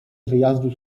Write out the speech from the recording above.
wyjazdu